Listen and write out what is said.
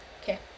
okay